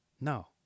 No